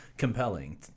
Compelling